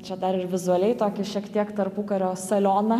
čia dar ir vizualiai tokį šiek tiek tarpukario salioną